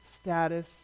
status